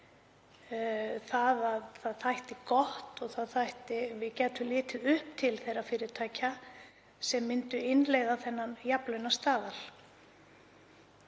Það þótti gott að við gætum litið upp til þeirra fyrirtækja sem myndu innleiða þennan jafnlaunastaðal.